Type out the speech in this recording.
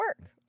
work